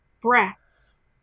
brats